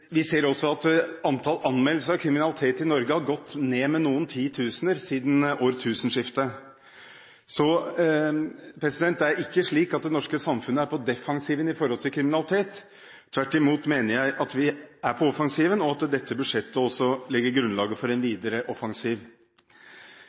Vi ser også at antall anmeldelser av kriminalitet i Norge har gått ned med noen titusener siden årtusenskiftet. Det er ikke slik at det norske samfunnet er på defensiven når det gjelder kriminalitet. Tvert imot mener jeg at vi er på offensiven, og at dette budsjettet også legger grunnlaget for en